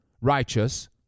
righteous